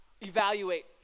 evaluate